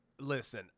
listen